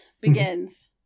begins